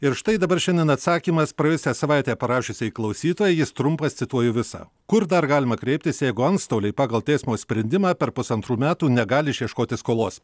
ir štai dabar šiandien atsakymas praėjusią savaitę parašiusiai klausytojai jis trumpas cituoju visą kur dar galima kreiptis jeigu antstoliai pagal teismo sprendimą per pusantrų metų negali išieškoti skolos